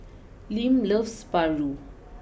Lim loves Paru